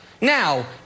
Now